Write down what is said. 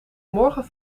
morgen